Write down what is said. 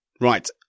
Right